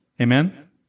Amen